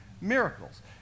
miracles